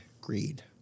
Greed